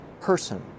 person